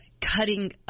cutting